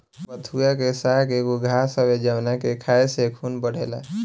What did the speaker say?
बथुआ के साग एगो घास हवे जावना के खाए से खून बढ़ेला